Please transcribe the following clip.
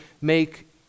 make